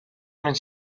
минь